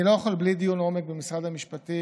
אני לא יכול בלי דיון עומק במשרד המשפטים